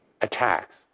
attacks